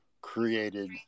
created